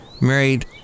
married